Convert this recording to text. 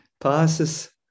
passes